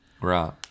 right